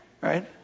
Right